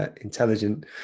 Intelligent